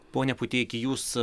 pone puteiki jūs